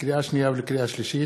לקריאה שנייה ולקריאה שלישית: